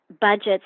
budgets